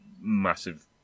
massive